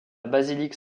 basilique